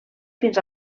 fins